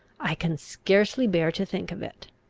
i can scarcely bear to think of it.